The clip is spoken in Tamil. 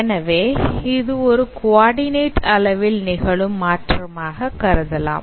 எனவே இது ஒரு குவடிநெட் அளவில் நிகழும் மாற்றமாக கருதலாம்